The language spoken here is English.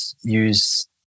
use